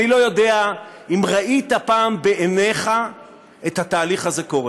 אני לא יודע אם ראית פעם בעיניך את התהליך הזה קורה.